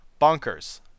Bonkers